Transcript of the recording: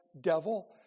devil